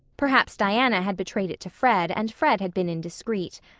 perhaps diana had betrayed it to fred and fred had been indiscreet.